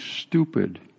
stupid